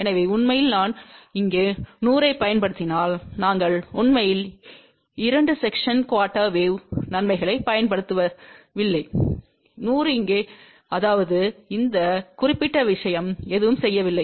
எனவே உண்மையில் நான் இங்கே 100 ஐப் பயன்படுத்தினால் நாங்கள் உண்மையில் இரண்டு ஸெக்ஸன் குஆர்டெர் வேவ்களின் நன்மைகளைப் பயன்படுத்தவில்லை 100 இங்கே 100 இங்கே அதாவது இந்த குறிப்பிட்ட விஷயம் எதுவும் செய்யவில்லை